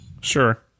sure